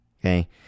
Okay